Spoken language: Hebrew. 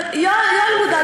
יואל מודאג.